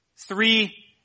three